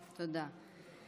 תודה.